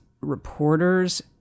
reporters